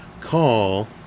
Call